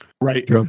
Right